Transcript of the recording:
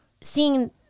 seeing